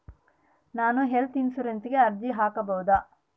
ನಾನು ಹೆಲ್ತ್ ಇನ್ಶೂರೆನ್ಸಿಗೆ ಅರ್ಜಿ ಹಾಕಬಹುದಾ?